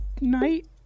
night